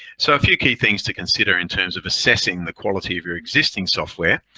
so a few key things to consider in terms of assessing the quality of your existing software